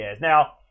Now